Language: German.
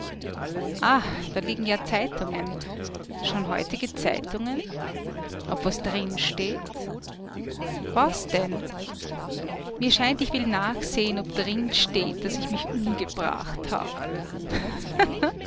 ah da liegen ja zeitungen schon heutige zeitungen ob schon was drinsteht was denn mir scheint ich will nachseh'n ob drinsteht daß ich mich umgebracht hab